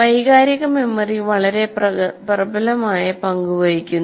വൈകാരിക മെമ്മറി വളരെ പ്രബലമായ പങ്ക് വഹിക്കുന്നു